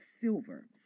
silver